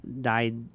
died